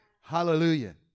Hallelujah